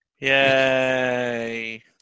Yay